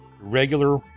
Regular